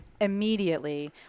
immediately